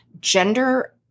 gender